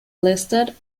listed